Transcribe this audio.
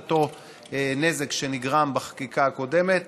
את אותו נזק שנגרם בחקיקה הקודמת,